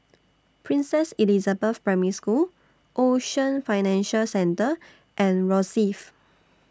Princess Elizabeth Primary School Ocean Financial Centre and Rosyth